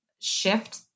shift